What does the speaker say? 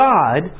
God